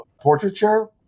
portraiture